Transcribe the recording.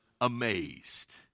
amazed